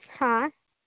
ᱦᱮᱸ